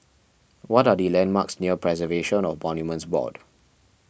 what are the landmarks near Preservation of Monuments Board